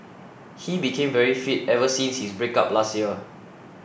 he became very fit ever since his breakup last year